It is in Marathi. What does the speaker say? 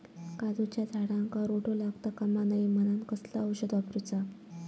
काजूच्या झाडांका रोटो लागता कमा नये म्हनान कसला औषध वापरूचा?